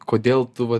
kodėl tu va